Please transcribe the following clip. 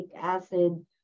acid